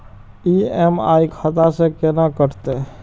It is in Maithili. ई.एम.आई खाता से केना कटते?